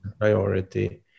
priority